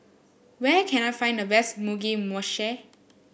where can I find the best Mugi Meshi